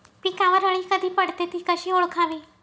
पिकावर अळी कधी पडते, ति कशी ओळखावी?